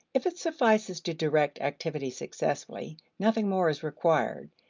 if it suffices to direct activity successfully, nothing more is required,